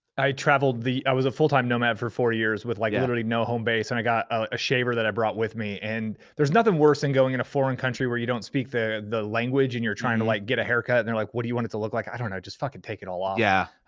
i traveled the, i was a full-time nomad for four years with like literally no home base and i got a shaver that i brought with me, and there's nothing worse than going in a foreign country where you don't speak the language and you're trying to like get a haircut and they're like, what do you want it to look like? i don't know, just fucking take it all yeah